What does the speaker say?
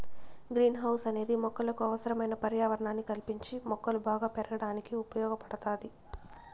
green house అనేది మొక్కలకు అవసరమైన పర్యావరణాన్ని కల్పించి మొక్కలు బాగా పెరగడానికి ఉపయోగ పడుతాది